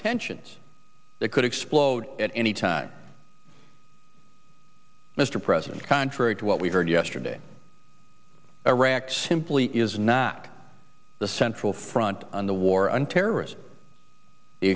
tensions that could explode at any time mr president contrary to what we heard yesterday iraq simply is not the central front on the war on terrorism the